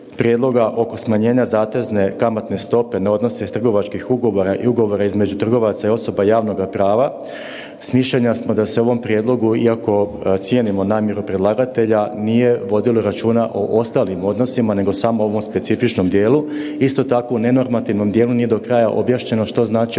prijedloga oko smanjenja zatezne kamatne stope na odnose iz trgovačkih ugovora i ugovora između trgovaca i osoba javnoga prava, mišljenja smo da se u ovom prijedlogu, iako cijenimo namjeru predlagatelja, nije vodilo računa o ostalim odnosima nego samo u ovom specifičnom dijelu. Isto tako u ne normativnom dijelu nije do kraja objašnjeno što znači